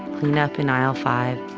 cleanup in aisle five,